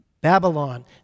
Babylon